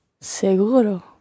Seguro